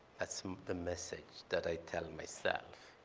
that's the message that i tell myself.